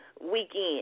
weekend